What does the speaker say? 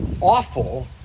awful